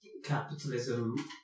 capitalism